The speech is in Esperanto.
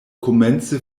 komence